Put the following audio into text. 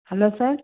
hello sir